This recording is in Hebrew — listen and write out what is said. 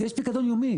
יש פיקדון יומי.